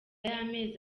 y’amezi